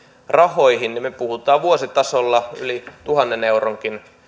rahoihin niin me puhumme vuositasolla yli tuhannenkin euron